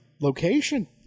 location